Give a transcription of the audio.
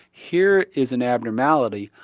here is an abnormality,